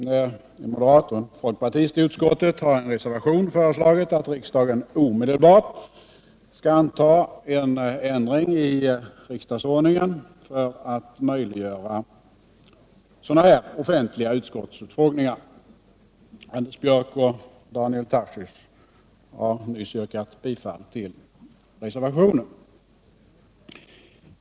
En moderat och en folkpartist i utskottet har i en reservation föreslagit att riksdagen omedelbart skall anta en ändring i riksdagsordningen för att möjliggöra offentliga utskottsutfrågningar. Anders Björck och Daniel Tarschys har nyss yrkat bifall till reservationen.